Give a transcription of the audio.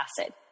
acid